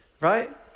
right